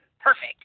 perfect